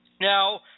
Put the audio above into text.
now